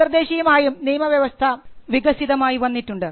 അന്തർദേശീയമായും നിയമവ്യവസ്ഥ വികസിതമായി വന്നിട്ടുണ്ട്